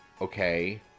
okay